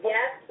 Yes